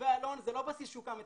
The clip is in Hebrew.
מחו"ה אלון זה לא בסיס שהוקם אתמול.